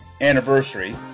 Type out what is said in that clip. anniversary